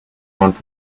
wanted